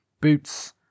boots